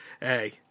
hey